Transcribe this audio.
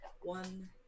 One